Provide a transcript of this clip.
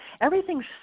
everything's